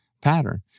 pattern